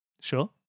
Sure